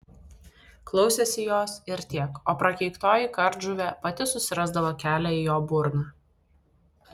klausėsi jos ir tiek o prakeiktoji kardžuvė pati susirasdavo kelią į jo burną